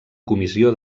comissió